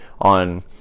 on